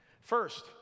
First